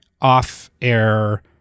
off-air